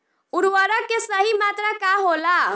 उर्वरक के सही मात्रा का होला?